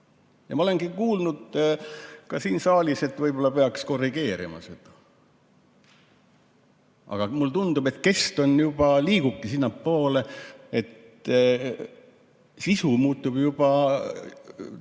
Ma olengi kuulnud ka siin saalis, et võib-olla peaks korrigeerima seda. Aga mulle tundub, et kest juba liigubki sinnapoole – et sisu muutub juba täies